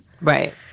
right